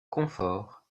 confort